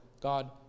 God